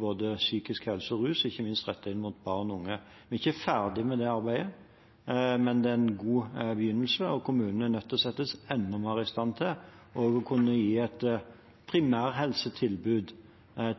både psykisk helse og rus, ikke minst rettet inn mot barn og unge. Vi er ikke ferdig med det arbeidet, men det er en god begynnelse, og kommunene er nødt til å settes enda mer i stand til å kunne gi et primærhelsetilbud